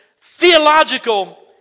theological